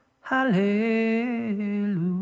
hallelujah